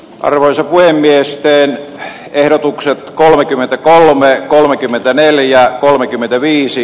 arvoisa puhemies töölön ehdotukset kolmekymmentäkolme kolmekymmentäneljä kolmekymmentäviisi